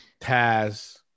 Taz